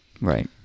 right